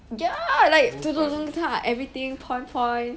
ya like point point